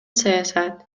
саясат